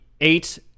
eight